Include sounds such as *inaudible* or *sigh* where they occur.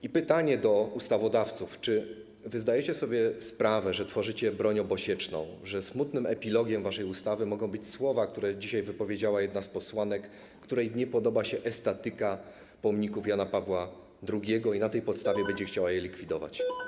I pytanie do ustawodawców: Czy zdajecie sobie sprawę, że tworzycie broń obosieczną, że smutnym epilogiem waszej ustawy mogą być słowa, które dzisiaj wypowiedziała jedna z posłanek, której nie podoba się estetyka pomników Jana Pawła II i która na tej podstawie *noise* będzie chciała je likwidować?